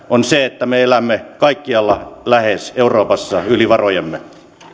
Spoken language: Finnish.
on se että me elämme lähes kaikkialla euroopassa yli varojemme